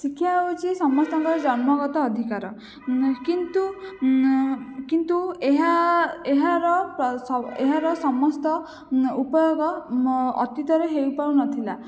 ଶିକ୍ଷା ହେଉଛି ସମସ୍ତଙ୍କର ଜନ୍ମଗତ ଅଧିକାର କିନ୍ତୁ କିନ୍ତୁ ଏହା ଏହାର ଏହାର ସମସ୍ତ ଉପଯୋଗ ଅତୀତରେ ହୋଇପାରୁନଥିଲା